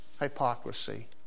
hypocrisy